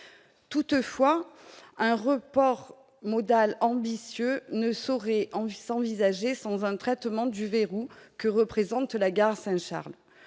toutefois un report modal ambitieux ne saurait en s'envisager son 20 traitement du verrou que représente la gare Saint-Charles